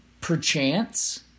perchance